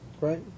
right